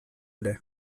ere